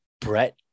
Brett